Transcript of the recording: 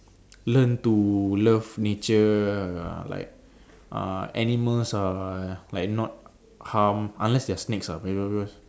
learn to love nature like uh animals are like not harm unless they're snakes lah